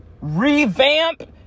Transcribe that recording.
revamp